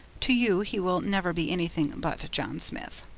to you he will never be anything but john smith.